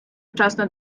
вчасно